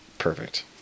perfect